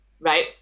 Right